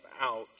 out